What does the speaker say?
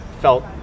felt